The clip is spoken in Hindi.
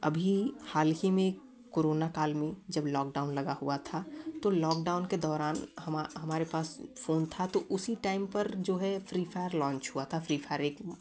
अभी हाल ही में कोरोना का में जब लॉकडाउन लगा हुआ था तो लॉकडाउन के दौरान हमारे पास फोन था तो उसी टाइम पर जो है फ्री फायर लांच हुआ था फ्री फायर एक